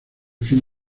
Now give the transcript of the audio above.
fin